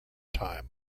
time